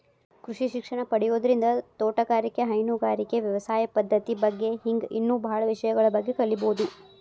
ಕೃಷಿ ಶಿಕ್ಷಣ ಪಡಿಯೋದ್ರಿಂದ ತೋಟಗಾರಿಕೆ, ಹೈನುಗಾರಿಕೆ, ವ್ಯವಸಾಯ ಪದ್ದತಿ ಬಗ್ಗೆ ಹಿಂಗ್ ಇನ್ನೂ ಬಾಳ ವಿಷಯಗಳ ಬಗ್ಗೆ ಕಲೇಬೋದು